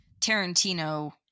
tarantino